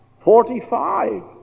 Forty-five